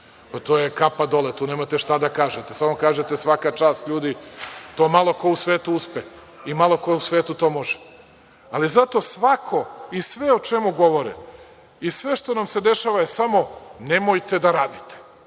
Pa, to je kapa dole, tu nemate šta da kažete, samo kažete svaka čast ljudi, to malo ko u svetu uspe i malo ko u svetu to može. Ali zato svako i sve o čemu govore i sve što nam se dešava je samo – nemojte da radite,